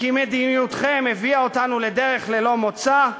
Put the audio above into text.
כי מדיניותכם הביאה אותנו לדרך ללא מוצא,